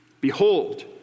behold